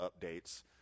updates